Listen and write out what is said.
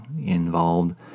involved